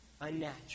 unnatural